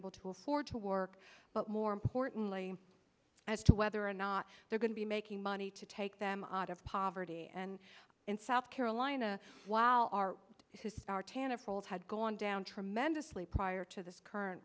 able to afford to work but more importantly as to whether or not they're going to be making money to take them out of poverty and in south carolina while our who started to fold had gone down tremendously prior to this current